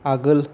आगोल